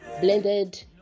blended